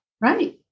Right